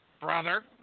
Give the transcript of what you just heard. Brother